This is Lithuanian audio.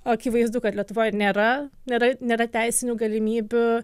akivaizdu kad lietuvoj ir nėra nėra nėra teisinių galimybių